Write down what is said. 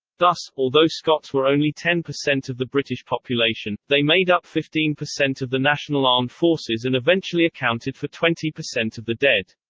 thus, although scots were only ten per cent of the british population, they made up fifteen per cent of the national armed forces and eventually accounted for twenty per cent of the dead.